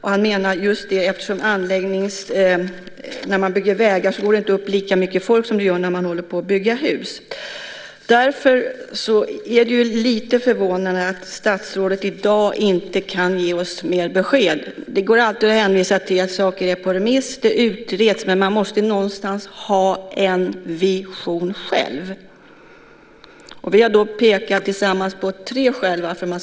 Han menar att när man bygger vägar går det inte åt lika mycket folk som när man bygger hus. Därför är det lite förvånande att statsrådet i dag inte kan ge oss mer besked. Det går alltid att hänvisa till att saker är ute på remiss och utreds. Men man måste någonstans ha en vision själv. Vi har pekat på tre skäl till detta.